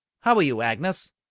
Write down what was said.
how are you, agnes?